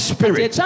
Spirit